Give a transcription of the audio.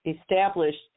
established